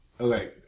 okay